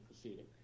proceeding